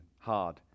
hard